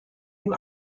dem